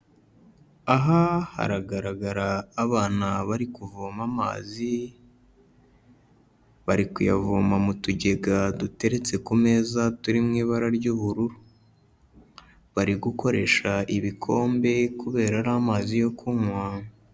Aha haragaragara abana bari kuvoma amazi, bari kuyavoma mu tugega duteretse ku meza turi mu ibara ry'ubururu, bari gukoresha ibikombe kubera ari amazi yo kunywa.